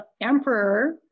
emperor